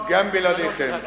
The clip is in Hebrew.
גם בלעדיכם.